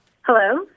Hello